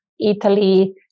Italy